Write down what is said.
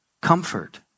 Comfort